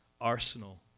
arsenal